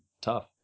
tough